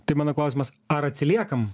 tai mano klausimas ar atsiliekam